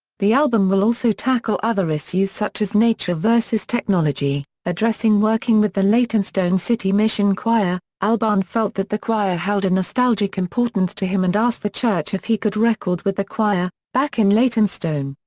the album will also tackle other issues such as nature versus technology addressing working with the leytonstone city mission choir, albarn felt that the choir held a nostalgic importance to him and the church if he could record with the choir, back in leytonstone,